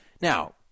Now